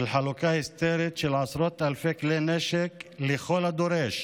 של חלוקה היסטרית של עשרות אלפי כלי נשק לכל דורש,